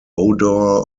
odor